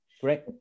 Great